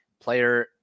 Player